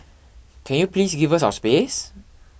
can you please give us our space